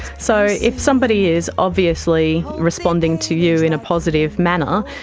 so if somebody is obviously responding to you in a positive manner,